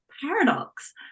paradox